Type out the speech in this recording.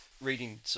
Reading